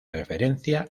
referencia